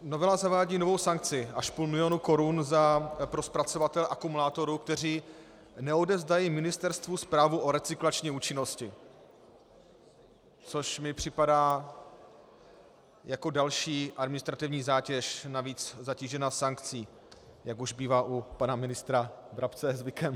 Novela zavádí novou sankci až půl milionu korun pro zpracovatele akumulátorů, kteří neodevzdají ministerstvu zprávu o recyklační účinnosti, což mi připadá jako další administrativní zátěž, navíc zatížená sankcí, jak už bývá u pana ministra Brabce zvykem.